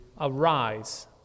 arise